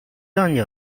占有